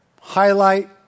Highlight